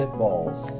balls